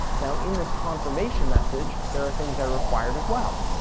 now, in this confirmation message, there are things that are required as well.